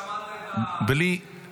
לא שמעת את --- בלי פירוט.